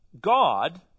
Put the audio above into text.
God